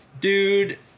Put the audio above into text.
dude